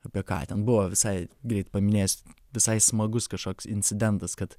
apie ką ten buvo visai greit paminės visai smagus kažkoks incidentas kad